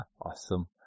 awesome